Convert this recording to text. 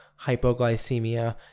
hypoglycemia